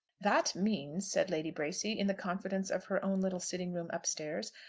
that means, said lady bracy in the confidence of her own little sitting-room up-stairs,